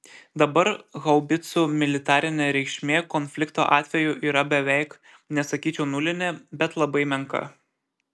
dabar haubicų militarinė reikšmė konflikto atveju yra beveik nesakyčiau nulinė bet labai menka